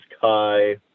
Kai